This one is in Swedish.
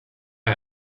har